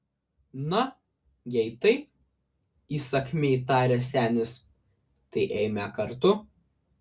na jei taip įsakmiai tarė senis tai eime kartu